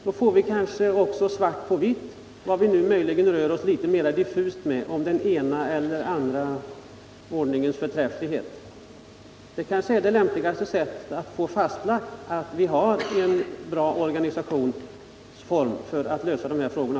Då får vi kanske också svart på vitt på vad som nu möjligen är mera diffust, nämligen den ena eller andra ordningens förträfflighet. Det kanske är det lämpligaste sättet att få klarlagt att vi har en bra organisationsform för att lösa jaktoch viltvårdsfrågorna.